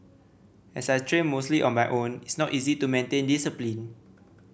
as I train mostly on my own it's not easy to maintain discipline